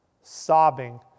sobbing